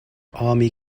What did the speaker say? army